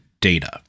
data